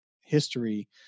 history